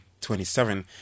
27